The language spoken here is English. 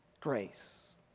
grace